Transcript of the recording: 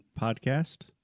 podcast